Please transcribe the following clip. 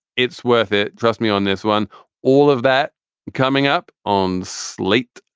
it's worth it. trust me on this one all of that coming up on slate.